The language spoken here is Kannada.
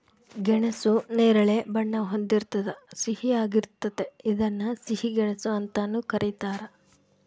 ಗೆಣಸು ನೇರಳೆ ಬಣ್ಣ ಹೊಂದಿರ್ತದ ಸಿಹಿಯಾಗಿರ್ತತೆ ಇದನ್ನ ಸಿಹಿ ಗೆಣಸು ಅಂತಾನೂ ಕರೀತಾರ